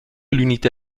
l’unité